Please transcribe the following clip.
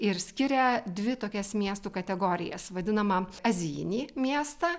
ir skiria dvi tokias miestų kategorijas vadinamą azijinį miestą